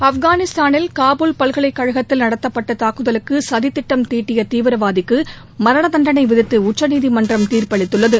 ஆப்கானிஸ்தானில் காபூல் பல்கலைக்கழகத்தில் நடத்தப்பட்ட தாக்குதலுக்கு சதித்திட்டம் தீட்டிய தீவிரவாதிக்கு மரண தண்டனை விதித்து உச்சநீதிமன்றம் தீர்ப்பளித்துள்ளது